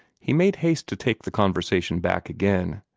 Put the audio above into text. he made haste to take the conversation back again.